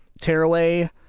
Tearaway